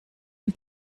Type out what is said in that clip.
een